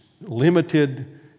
limited